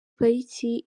pariki